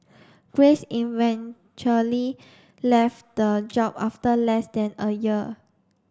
grace eventually left the job after less than a year